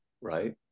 right